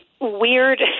Weird